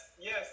yes